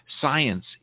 Science